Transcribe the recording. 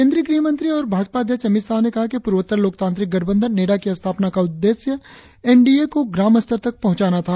केंद्रीय गृहमंत्री और भाजपा अध्यक्ष अमित शाह ने कहा है कि पूर्वोत्तर लोकतांत्रिक गठबंधन नेडा की स्थापना का उद्देश्य एन डी ए को ग्राम स्तर तक पहुंचाना था